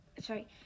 sorry